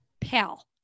pal